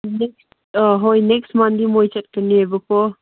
next ꯑꯥ ꯍꯣꯏ next ꯃꯟꯗꯤ ꯃꯣꯏ ꯆꯠꯀꯅꯦꯕꯀꯣ